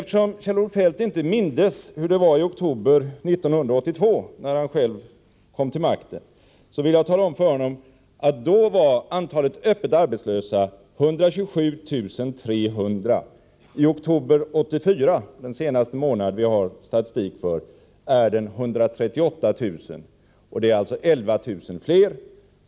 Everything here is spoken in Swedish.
Eftersom Kjell-Olof Feldt inte mindes hur det var i oktober 1982, när han själv kom till makten, vill jag tala om för honom att antalet öppet arbetslösa då var 127 300. I oktober 1984, som är den senaste månaden vi har statistik för, är antalet 138 000, dvs. 11 000 fler.